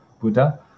Buddha